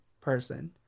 person